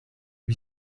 lui